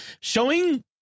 showing